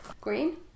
Green